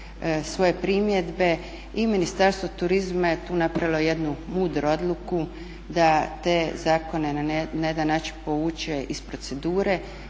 svoje primjedbe i Ministarstvo turizma je tu napravilo jednu mudru odluku, da te zakone na jedan način povuče iz procedure,